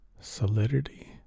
solidity